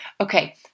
okay